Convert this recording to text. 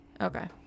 Okay